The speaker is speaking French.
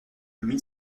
mille